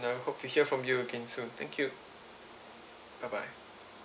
I hope to hear from you again soon thank you bye bye